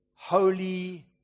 holy